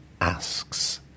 asks